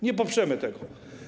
Nie poprzemy tego.